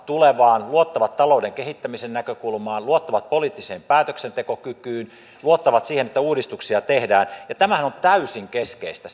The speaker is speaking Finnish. tulevaan luottavat talouden kehittämisen näkökulmaan luottavat poliittiseen päätöksentekokykyyn luottavat siihen että uudistuksia tehdään tämähän on täysin keskeistä